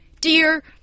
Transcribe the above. dear